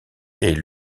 est